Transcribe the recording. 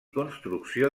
construcció